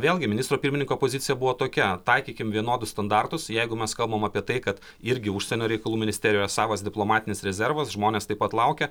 vėlgi ministro pirmininko pozicija buvo tokia taikykim vienodus standartus jeigu mes kalbam apie tai kad irgi užsienio reikalų ministerijoje savas diplomatinis rezervas žmonės taip pat laukia